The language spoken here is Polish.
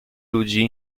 ludzi